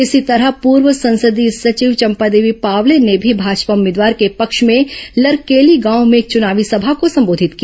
इसी तरह पूर्व संसदीय सचिव चंपादेवी पावले र्न भी भाजपा उम्मीदवार के पक्ष में लरकेली गांव में एक च्नावी सभा को संबोधित किया